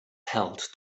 held